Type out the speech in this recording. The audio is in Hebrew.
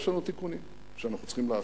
יש לנו תיקונים שאנחנו צריכים לעשות.